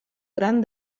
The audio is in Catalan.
gran